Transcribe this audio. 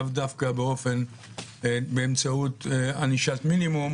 לאו דווקא באמצעות ענישת מינימום,